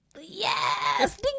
Yes